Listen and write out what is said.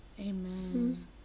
Amen